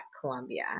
Columbia